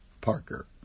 Parker